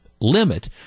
limit